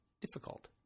difficult